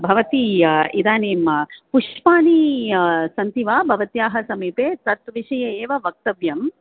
भवती इदानीं पुष्पाणि सन्ति वा भवत्याः समीपे तद्विषये एव वक्तव्यं